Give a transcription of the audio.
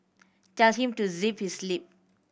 tell him to zip his lip